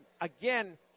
again